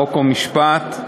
חוק ומשפט.